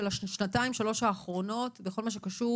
של השנתיים-שלוש האחרונות בכל מה שקשור